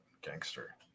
gangster